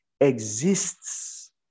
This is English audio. exists